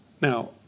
Now